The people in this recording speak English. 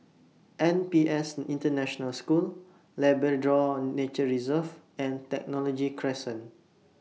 N P S International School Labrador Nature Reserve and Technology Crescent